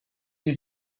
you